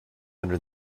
under